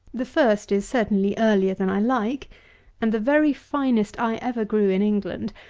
the first is certainly earlier than i like and the very finest i ever grew in england,